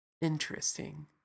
interesting